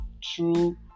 true